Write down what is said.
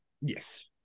Yes